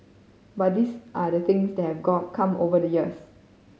but these are the things that have come over the years